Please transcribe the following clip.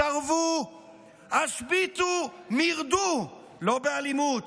סרבו, השביתו, מרדו לא באלימות,